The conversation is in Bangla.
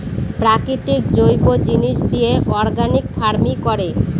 প্রাকৃতিক জৈব জিনিস দিয়ে অর্গানিক ফার্মিং করে